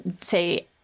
say